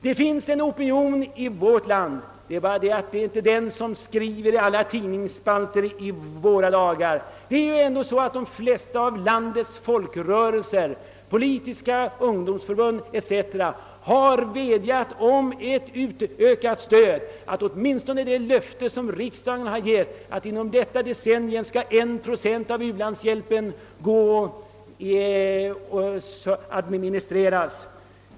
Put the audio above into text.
Det finns en opinion i vårt land, men den kommer ofta inte till uttryck i tidningsspalterna. De flesta av landets folkrörelser, politiska ungdomsförbund etc., har vädjat om ökat stöd åt u-länderna. De har begärt att det löfte som riksdagen givit, att inom detta decennium en procent av nationalprodukten skall gå till u-landshjälpen, skall infrias.